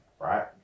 right